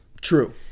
true